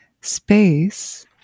space